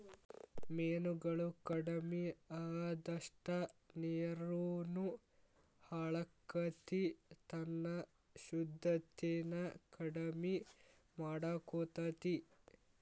ಮೇನುಗಳು ಕಡಮಿ ಅಅದಷ್ಟ ನೇರುನು ಹಾಳಕ್ಕತಿ ತನ್ನ ಶುದ್ದತೆನ ಕಡಮಿ ಮಾಡಕೊತತಿ